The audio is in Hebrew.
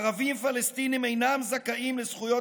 ערבים פלסטינים אינם זכאים לזכויות